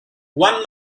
juan